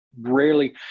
rarely